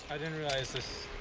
i didn't realize this